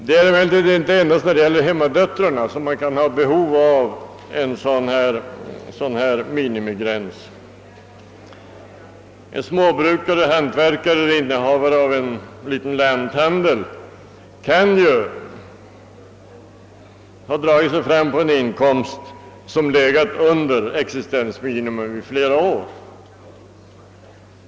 Det är emellertid inte endast beträffande hemmadöttrarna som det kan finnas behov av en minimigräns; en småbrukare, hantverkare eller innehavare av en liten lanthandel kan i flera år ha dragit sig fram på en inkomst som legat under existensminimum.